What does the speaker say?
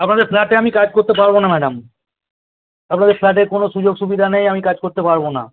আপনাদের ফ্ল্যাটে আমি কাজ করতে পারবো না ম্যাডাম আপনাদের ফ্ল্যাটে কোনো সুযোগ সুবিধা নেই আমি কাজ করতে পারবো না